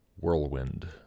Whirlwind